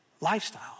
lifestyle